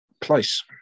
place